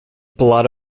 blood